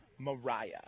Mariah